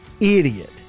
idiot